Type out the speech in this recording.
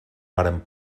varen